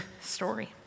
story